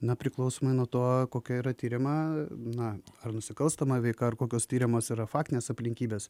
na priklausomai nuo to kokia yra tiriama na ar nusikalstama veika ir kokios tiriamos yra faktinės aplinkybės